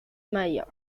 mayor